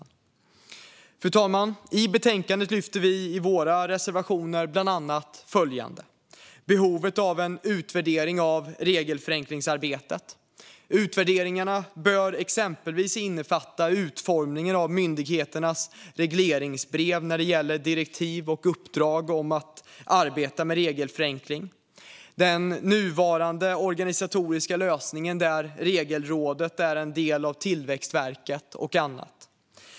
Fru talman! I betänkandet lyfter vi i våra reservationer fram bland annat behovet av en utvärdering av regelförenklingsarbetet. Utvärderingen bör exempelvis innefatta utformningen av myndigheternas regleringsbrev när det gäller direktiv och uppdrag om att arbeta med regelförenkling, den nuvarande organisatoriska lösningen där Regelrådet är en del av Tillväxtverket och annat.